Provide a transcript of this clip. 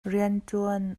rianṭuan